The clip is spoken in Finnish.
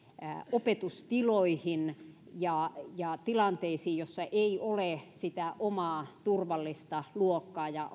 opetustiloihin ja tilanteisiin joissa ei ei ole sitä omaa turvallista luokkaa ja